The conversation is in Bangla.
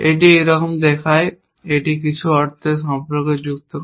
এটি এইরকম দেখায় এটি কিছু অর্থে সম্পর্ক যুক্ত করে